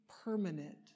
permanent